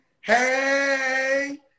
Hey